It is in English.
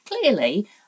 clearly